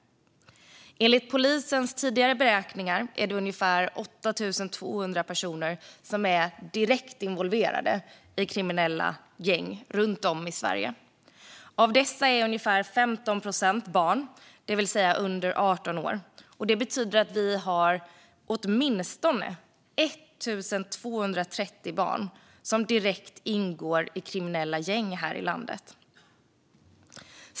Enligt polisens tidigare beräkningar är det ungefär 8 200 personer som är direkt involverade i kriminella gäng runt om i Sverige. Av dessa är ungefär 15 procent barn, det vill säga under 18 år. Det betyder att det finns åtminstone 1 230 barn som direkt ingår i kriminella gäng här i landet.